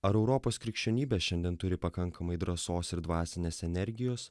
ar europos krikščionybė šiandien turi pakankamai drąsos ir dvasinės energijos